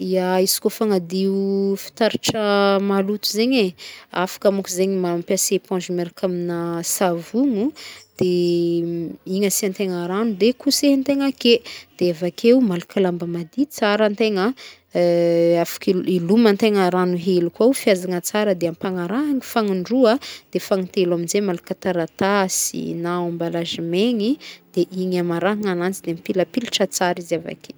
Arakaraka fitaovana ampelantanantegna zegny fô, afaka antegna zegny na mampiasa lamba lamba igny zegny hamafantegna aganjy na igny zegny no ahofahofantegna aminanjy akeo de afaka mady fogna izy amzay fotoagna zay.